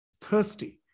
thirsty